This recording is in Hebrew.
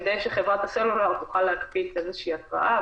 כדי שחברת הסלולאר תוכל להקפיץ שהיא התראה.